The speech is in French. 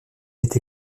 été